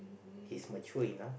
he's mature enough